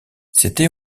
c’était